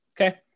okay